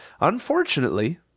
Unfortunately